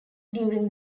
during